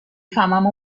فهمم